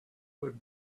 would